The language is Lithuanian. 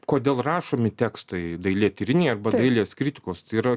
kodėl rašomi tekstai dailėtyriniai va dailės kritikos tai yra